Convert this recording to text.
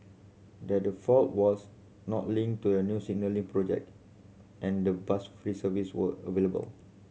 that the fault was not linked to a new signalling project and the bus free service were available